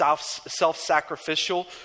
self-sacrificial